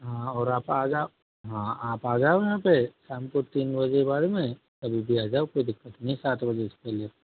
हाँ और आप आ जाओ हाँ आप आ जाओ यहाँ पे शाम को तीन बजे के बाद में कभी भी आ जाओ कोई दिक्कत नहीं है सात बजे से पहले